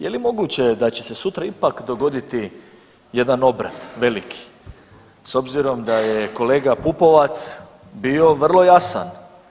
Je li moguće da će se sutra ipak dogoditi jedan obrat veliki s obzirom da je kolega Pupovac bio vrlo jasan?